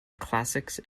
classics